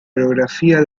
orografía